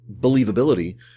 believability